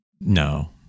no